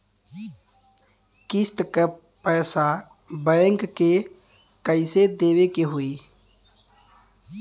किस्त क पैसा बैंक के कइसे देवे के होई?